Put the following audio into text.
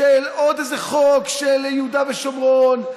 עוד איזה חוק של יהודה ושומרון,